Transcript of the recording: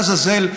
לעזאזל,